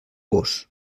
vós